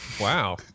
Wow